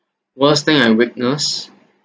worst thing and weakness